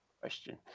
question